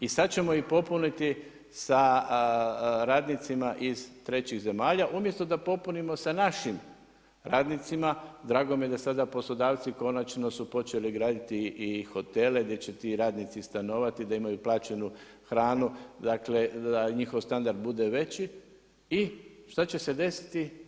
I sad ćemo ih popuniti sa radnicima iz trećih zemalja umjesto da popunimo sa našim radnicima, drago mi je da sada poslodavci konačno su počeli graditi i hotele gdje će ti radnici i stanovati, da imaju plaćenu hranu, dakle, da njihov standard bude veći, i što će se desiti?